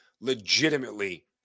legitimately